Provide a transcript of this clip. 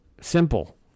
Simple